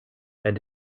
and